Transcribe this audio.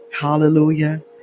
hallelujah